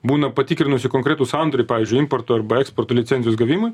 būna patikrinusi konkretų sandorį pavyzdžiui importo arba eksporto licencijos gavimui